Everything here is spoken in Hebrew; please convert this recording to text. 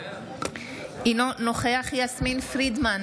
אינו נוכח יסמין פרידמן,